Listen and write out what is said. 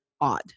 odd